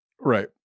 Right